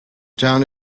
town